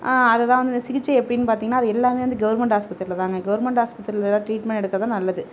அதுதான் வந்து அந்த சிகிச்சை எப்படினு பார்த்தீங்கன்னா அது எல்லாமே வந்து கவர்மென்ட் ஆஸ்பத்திரியிலதாங்க கவர்மென்ட் ஆஸ்பத்திரியில் ட்ரீட்மெண்ட் எடுக்கிறதுதான் நல்லது